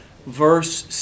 Verse